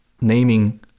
naming